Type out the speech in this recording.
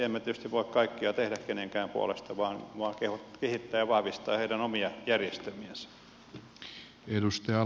emme tietysti voi kaikkea tehdä kenenkään puolesta vain kehittää ja vahvistaa heidän omia järjestelmiänsä